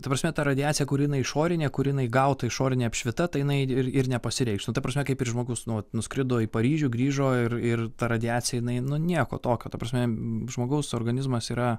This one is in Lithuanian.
ta prasme ta radiacija kur jinai išorinė kur jinai gauta išorinė apšvita tai jinai ir ir nepasireikš ta prasme kaip ir žmogus nu vat nuskrido į paryžių grįžo ir ir ta radiacija jinai nu nieko tokio ta prasme žmogaus organizmas yra